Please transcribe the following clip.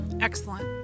Excellent